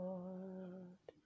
Lord